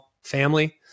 family